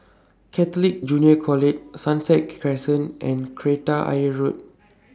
Catholic Junior College Sunset Crescent and Kreta Ayer Road